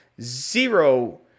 zero